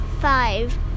five